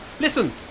Listen